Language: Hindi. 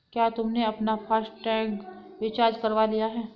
क्या तुमने अपना फास्ट टैग रिचार्ज करवा लिया है?